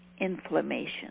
inflammation